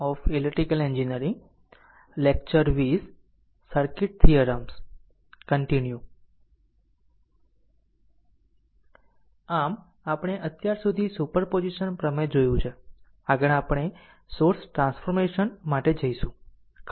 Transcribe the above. આમ આપણે અત્યાર સુધી સુપર પોઝિશન પ્રમેય જોયું છે આગળ આપણે સોર્સ ટ્રાન્સફોર્મેશન માટે જઈશું